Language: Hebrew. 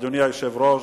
אדוני היושב-ראש,